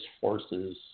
forces